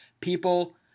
People